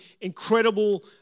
incredible